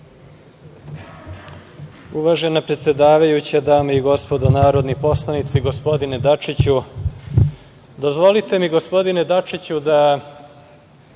Uvažena predsedavajuća, dame i gospodo narodni poslanici, gospodine Dačiću, dozvolite mi gospodine Dačiću da